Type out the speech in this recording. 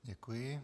Děkuji.